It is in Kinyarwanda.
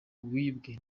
wibwe